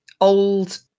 old